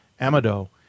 Amado